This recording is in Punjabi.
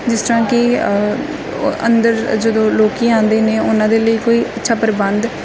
ਜਿਸ ਤਰ੍ਹਾਂ ਕਿ ਅੰਦਰ ਜਦੋਂ ਲੋਕ ਆਉਂਦੇ ਨੇ ਉਹਨਾਂ ਦੇ ਲਈ ਕੋਈ ਅੱਛਾ ਪ੍ਰਬੰਧ